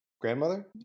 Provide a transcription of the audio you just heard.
grandmother